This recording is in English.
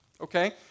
Okay